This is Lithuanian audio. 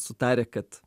sutarę kad